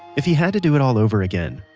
if he had to do it all over again,